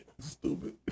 Stupid